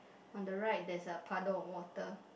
on the right there's a puddle of water